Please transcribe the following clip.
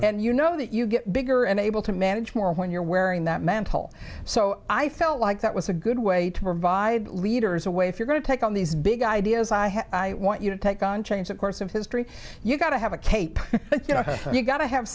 and you know that you get bigger and able to manage more when you're wearing that mantle so i felt like that was a good way to provide leaders a way if you're going to take on these big ideas i want you to take on change the course of history you've got to have a cape you